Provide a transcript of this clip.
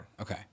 Okay